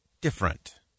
different